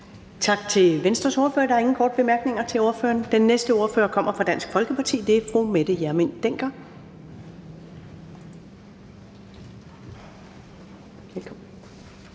Tak til Venstres ordfører. Der er ingen korte bemærkninger til ordføreren. Den næste ordfører er fra Dansk Folkeparti, og det er fru Mette Hjermind Dencker.